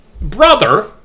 brother